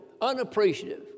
unappreciative